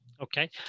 Okay